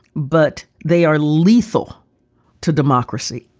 but they are lethal to democracy.